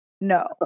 no